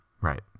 Right